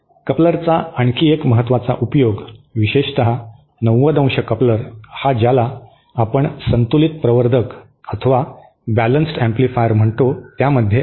कपलरचा आणखी एक महत्त्वाचा उपयोग विशेषत 90 ° कपलर हा ज्याला आपण संतुलित प्रवर्धक अथवा बॅलन्सड एंप्लिफायर म्हणतो त्यामध्ये आहे